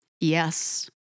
Yes